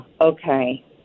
Okay